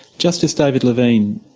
justice david levine,